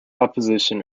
opposition